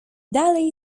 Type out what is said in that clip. dalej